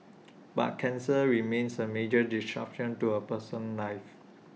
but cancer remains A major disruption to A person's life